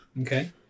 Okay